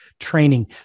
training